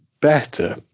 better